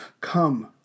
come